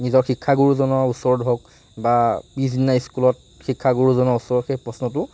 নিজৰ শিক্ষা গুৰুজনৰ ওচৰত হওক বা পিছদিনা স্কুলত শিক্ষা গুৰুজনৰ ওচৰত সেই প্ৰশ্নটো